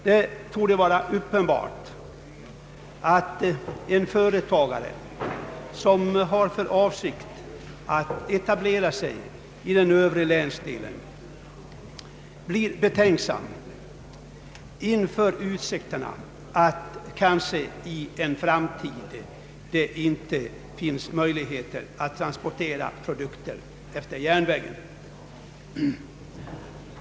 Det torde vara uppenbart att en företagare som har för avsikt att etablera sig i den övre länsdelen blir betänksam inför utsikterna att det i en framtid kanske inte finns möjlighet att transportera produkterna med järnväg.